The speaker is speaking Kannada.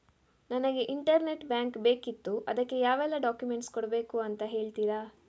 ನನಗೆ ಇಂಟರ್ನೆಟ್ ಬ್ಯಾಂಕ್ ಬೇಕಿತ್ತು ಅದಕ್ಕೆ ಯಾವೆಲ್ಲಾ ಡಾಕ್ಯುಮೆಂಟ್ಸ್ ಕೊಡ್ಬೇಕು ಅಂತ ಹೇಳ್ತಿರಾ?